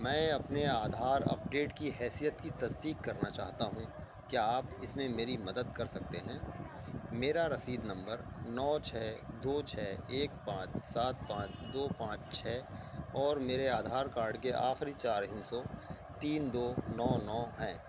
میں اپنے Aadhaar update کی حیثیت کی تصدیق کرنا چاہتا ہوں کیا آپ اس میں میری مدد کر سکتے ہیں میرا رسید نمبر نو چھ دو چھ ایک پانچ سات پانچ دو پانچ چھ اور میرے آدھار کارڈ کے آخری چار ہندسوں تین دو نو نو ہیں